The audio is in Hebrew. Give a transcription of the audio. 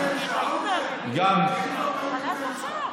סעיף 49. האוזר,